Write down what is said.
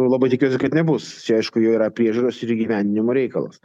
labai tikiuosi kad nebus čia aišku jau yra priežiūros ir įgyvendinimo reikalas